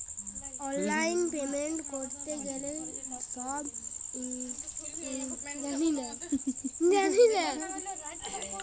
অললাইল পেমেল্ট ক্যরতে গ্যালে ছব ইলফরম্যাসল ল্যাগে